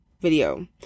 video